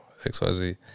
xyz